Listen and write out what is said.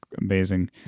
amazing